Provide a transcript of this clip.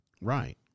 Right